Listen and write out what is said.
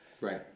Right